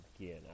again